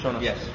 Yes